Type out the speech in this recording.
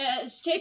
Chase